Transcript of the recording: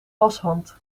washand